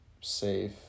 safe